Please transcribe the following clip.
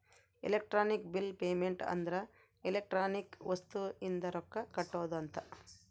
electronic bill payment ಅಂದ್ರ electronic ವಸ್ತು ಇಂದ ರೊಕ್ಕ ಕಟ್ಟೋದ ಅಂತ